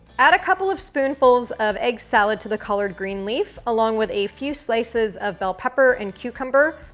add a couple of spoonfuls of egg salad to the collard green leaf, along with a few slices of bell pepper and cucumber,